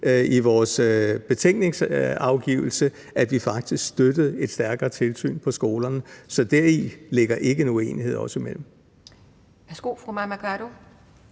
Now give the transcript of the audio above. i vores betænkningsafgivelse, at vi faktisk støttede et stærkere tilsyn på skolerne. Så deri ligger ikke en uenighed os imellem. Kl. 12:00 Anden